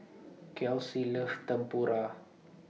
Kelsi loves Tempura